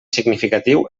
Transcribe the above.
significatiu